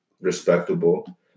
respectable